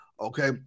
Okay